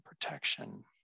protection